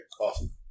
Awesome